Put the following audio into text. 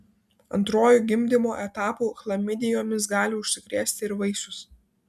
antruoju gimdymo etapu chlamidijomis gali užsikrėsti ir vaisius